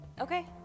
Okay